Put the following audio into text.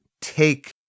take